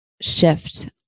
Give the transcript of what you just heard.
shift